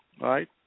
right